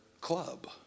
club